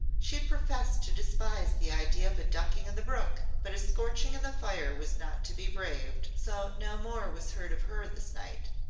she had professed to despise the idea of a ducking in the brook but a scorching in the fire was not to be braved so no more was heard of her this night.